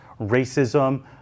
racism